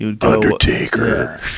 Undertaker